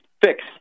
fix